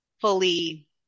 fully